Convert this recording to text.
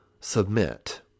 submit